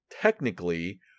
Technically